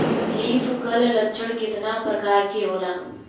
Leaf curl लक्षण केतना परकार के होला?